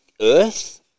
Earth